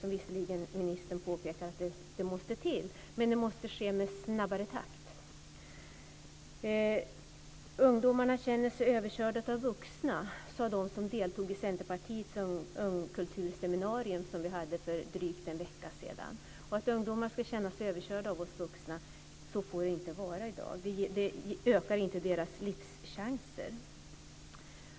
Ministern påpekar visserligen att det måste till, men det måste ske i snabbare takt. Ungdomarna känner sig överkörda av vuxna, sade de som deltog i Centerpartiets ungkulturseminarium som vi hade för drygt en vecka sedan. Det får inte vara så i dag att ungdomar ska känna sig överkörda av oss vuxna. Det ökar inte deras livschanser.